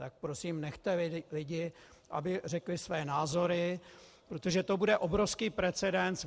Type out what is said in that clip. Tak prosím nechte lidi, aby řekli své názory, protože to bude obrovský precedens.